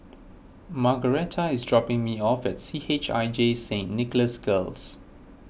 Margaretta is dropping me off at C H I J Saint Nicholas Girls